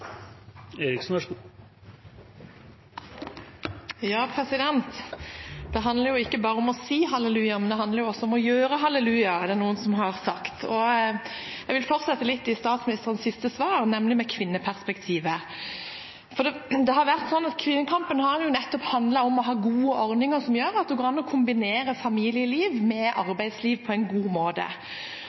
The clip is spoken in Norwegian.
Det handler ikke bare om å si halleluja, det handler også om å gjøre halleluja, er det noen som har sagt. Jeg vil fortsette litt med statsministerens siste svar, nemlig med kvinneperspektivet. Kvinnekampen har nettopp handlet om å ha gode ordninger som gjør at det går an å kombinere familieliv og arbeidsliv på en god måte.